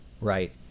right